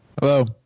Hello